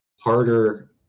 harder